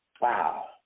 Wow